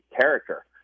character